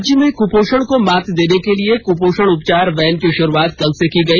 राज्य में कुपोषण को मात देने के लिए कुपोषण उपचार वैन की शुरूआत कल से की गई